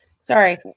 Sorry